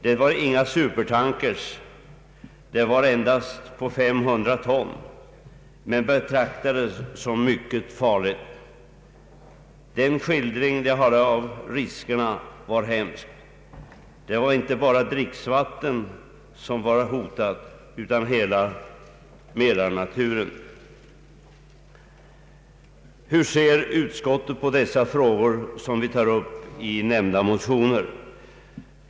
Det var inga supertankers utan fartyg på endast 500 ton, men detta betraktades som mycket farligt. Den skildring som gavs av riskerna var hemsk. Inte bara dricksvattnet var hotat utan hela Mälarnaturen. Hur ser utskottet på de frågor som vi tagit upp i nämnda motioner?